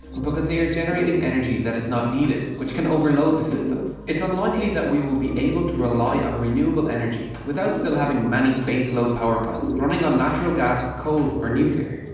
because they are generating energy that is not needed, which can overload the system. it's unlikely that we will be able to rely on renewable energy without still having many baseload power plants running on natural gas, coal or nuclear,